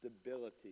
stability